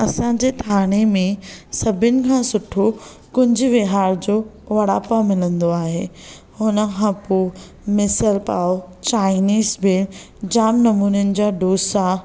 असांजे थाणे में सभिनि खां सुठो कुंज विहार जो वड़ा पाव मिलंदो आहे हुन खां पोइ मिसल पाव चाइनिज़ बि जाम नमूननि जा डोसा